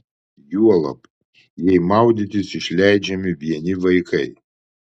juolab jei maudytis išleidžiami vieni vaikai